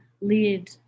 lead